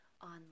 on